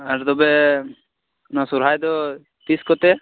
ᱟᱨ ᱛᱚᱵᱮ ᱱᱚᱣᱟ ᱥᱚᱨᱦᱟᱭ ᱫᱚ ᱛᱤᱥ ᱠᱚᱛᱮ